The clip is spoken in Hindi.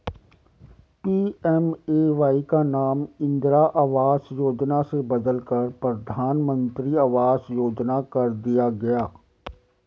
पी.एम.ए.वाई का नाम इंदिरा आवास योजना से बदलकर प्रधानमंत्री आवास योजना कर दिया गया